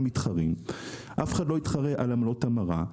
מתחרים ואף אחד לא יתחרה על עמלות המרה,